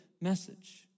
message